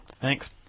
Thanks